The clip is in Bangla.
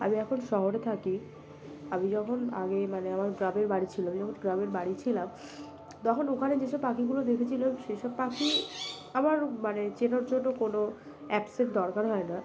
আমি এখন শহরে থাকি আমি যখন আগে মানে আমার গ্রামের বাড়ি ছিল যখন গ্রামের বাড়ি ছিলাম তখন ওখানে যেসব পাখিগুলো দেখেছিল সেই সব পাখি আমার মানে চেনার জন্য কোনো অ্যাপসের দরকার হয় না